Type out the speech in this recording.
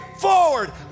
forward